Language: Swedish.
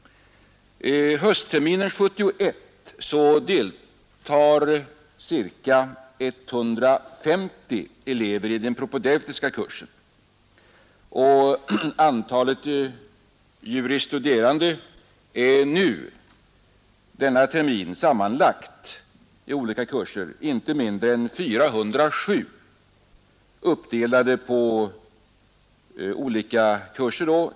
Höstterminen 1971 deltar cirka 150 elever i den propedeutiska kursen och antalet juris studerande är denna termin sammanlagt vid olika kurser inte mindre än 407, uppdelade pa olika kurser.